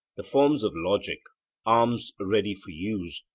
the forms of logic arms ready for use,